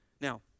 Now